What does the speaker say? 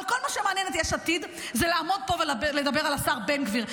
אבל כל מה שמעניין את יש עתיד זה לעמוד פה ולדבר על השר בן גביר.